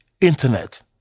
internet